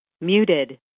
Muted